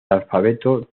alfabeto